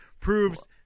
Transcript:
proves